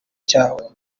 cyabo